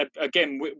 again